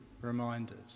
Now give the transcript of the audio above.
reminders